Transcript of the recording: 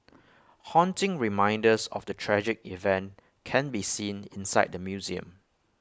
haunting reminders of the tragic event can be seen inside the museum